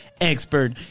expert